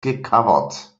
gecovert